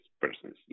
persons